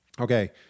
Okay